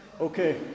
Okay